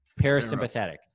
Parasympathetic